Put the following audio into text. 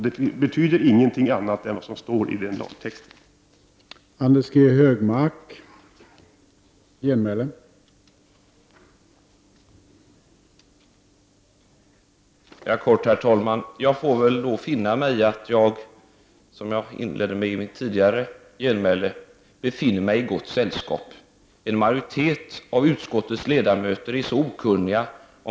Detta betyder inte någonting annat än vad som står i förslaget till lagtext.